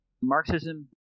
Marxism